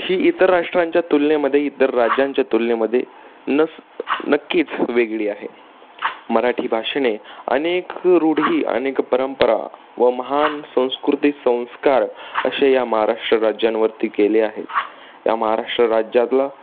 ही इतर राष्ट्रांच्या तुलनेमध्ये इतर राज्यांच्या तुलनेमध्ये नस नक्कीच वेगळी आहे मराठी भाषेने अनेक रूढी अनेक परंपरा व महान संस्कृती संस्कार असे या महाराष्ट्र राज्यांवरती केले आहेत या महाराष्ट्र राज्यातला